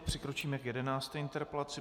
Přikročíme k 11. interpelaci.